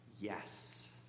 Yes